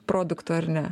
produktu ar ne